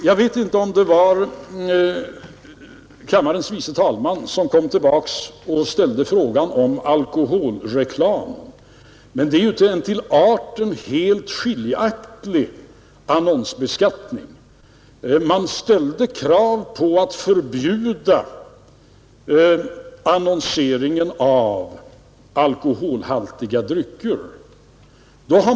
Jag vet inte om det var kammarens andre vice talman som kom tillbaka och ställde frågan om alkoholreklamen. Här rör det sig ju om en till arten helt skiljaktig annonsbeskattning. Man ställde krav på att annonsering av alkoholhaltiga drycker skulle förbjudas.